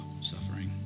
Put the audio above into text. suffering